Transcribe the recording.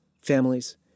families